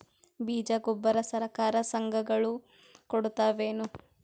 ಬೀಜ ಗೊಬ್ಬರ ಸರಕಾರ, ಸಂಘ ಗಳು ಕೊಡುತಾವೇನು?